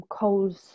coals